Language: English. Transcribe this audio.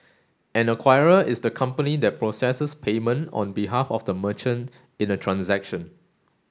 an acquirer is the company that processes payment on behalf of the merchant in a transaction